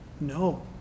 No